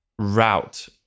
route